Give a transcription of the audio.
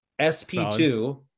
SP2